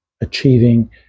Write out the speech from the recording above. achieving